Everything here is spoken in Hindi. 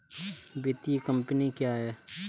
वित्तीय कम्पनी क्या है?